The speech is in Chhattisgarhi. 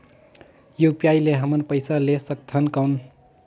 यू.पी.आई ले हमन पइसा ले सकथन कौन?